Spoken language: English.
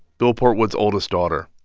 bill portwood's oldest daughter.